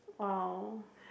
!wow!